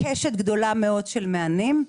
קשת גדולה מאוד של מענים,